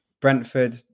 Brentford